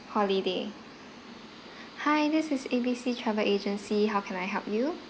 holiday hi this is A B C travel agency how can I help you